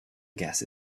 guess